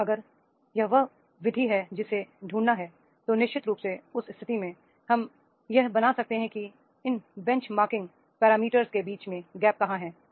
और अगर यह वह विधि है जिसे ढूं ढना है तो निश्चित रूप से उस स्थिति में हम यह बना सकते हैं कि इन बेंचमार्किंग पैरामीटर के बीच में गैप कहां है